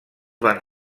van